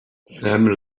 salmon